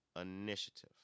initiative